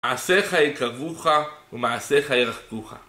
מעשיך יקרבוך ומעשיך ירחקוך